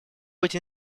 путь